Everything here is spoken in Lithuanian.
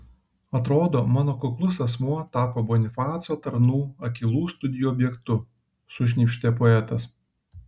atrodo mano kuklus asmuo tapo bonifaco tarnų akylų studijų objektu sušnypštė poetas